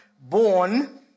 born